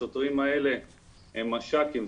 השוטרים האלה הם מש"קים,